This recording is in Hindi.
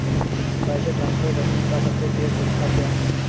पैसे ट्रांसफर करने का सबसे तेज़ तरीका क्या है?